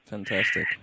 Fantastic